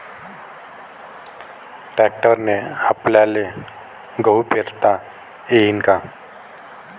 ट्रॅक्टरने आपल्याले गहू पेरता येईन का?